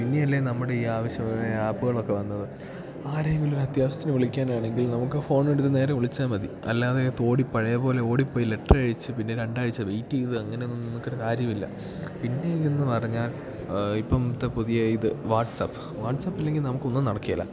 പിന്നെയല്ലേ നമ്മുടെ ഈ ആവശ്യമായ ആപ്പുകളൊക്കെ വന്നത് ആരെയെങ്കിലും ഒരത്യാവശ്യത്തിന് വിളിക്കാനാണെങ്കിൽ നമുക്ക് ഫോണെടുത്ത് നേരെ വിളിച്ചാൽ മതി അല്ലാതെ പഴയപോലെ ഓടിപ്പോയി ലെറ്ററയച്ച് പിന്നെ രണ്ടാഴ്ച്ച വെയ്റ്റ് ചെയ്ത് അങ്ങനെയൊന്നും നോക്കിയിട്ട് കാര്യമില്ല പിന്നെ എന്നു പറഞ്ഞാൽ ഇപ്പോഴത്തെ പുതിയെ ഇത് വാട്ട്സപ്പ് വാട്ട്സപ്പില്ലെങ്കിൽ നമുക്കൊന്നും നടക്കില്ല